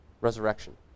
resurrection